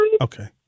Okay